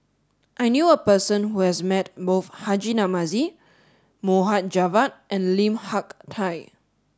I knew a person who has met both Haji Namazie Mohd Javad and Lim Hak Tai